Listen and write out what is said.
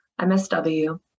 MSW